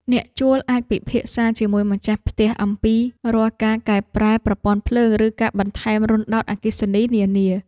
អ្នកជួលអាចពិភាក្សាជាមួយម្ចាស់ផ្ទះអំពីរាល់ការកែប្រែប្រព័ន្ធភ្លើងឬការបន្ថែមរន្ធដោតអគ្គិសនីនានា។